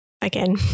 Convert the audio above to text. Again